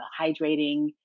hydrating